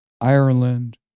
Ireland